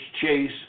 Chase